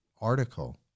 article